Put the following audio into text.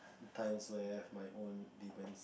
of times where I've my own demons